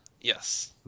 yes